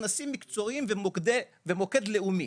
כנסים מקצועיים ומוקד לאומי.